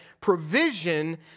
provision